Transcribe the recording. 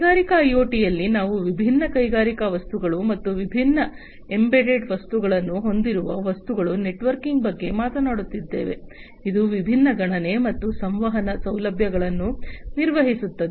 ಕೈಗಾರಿಕಾ ಐಒಟಿಯಲ್ಲಿ ನಾವು ವಿಭಿನ್ನ ಕೈಗಾರಿಕಾ ವಸ್ತುಗಳು ಅಥವಾ ವಿಭಿನ್ನ ಎಂಬೆಡೆಡ್ ವಸ್ತುಗಳನ್ನು ಹೊಂದಿರುವ ವಸ್ತುಗಳ ನೆಟ್ವರ್ಕಿಂಗ್ ಬಗ್ಗೆ ಮಾತನಾಡುತ್ತಿದ್ದೇವೆ ಅದು ವಿಭಿನ್ನ ಗಣನೆ ಮತ್ತು ಸಂವಹನ ಸೌಲಭ್ಯಗಳನ್ನು ನಿರ್ವಹಿಸುತ್ತದೆ